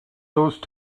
those